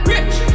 Rich